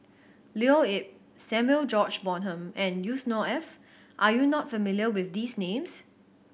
Leo Yip Samuel George Bonham and Yusnor Ef are you not familiar with these names